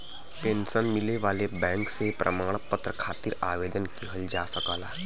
pension मिले वाले bank से प्रमाण पत्र खातिर आवेदन किहल जा सकला